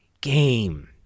game